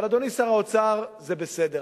אבל, אדוני שר האוצר, זה בסדר.